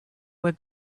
were